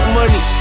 money